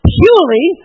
purely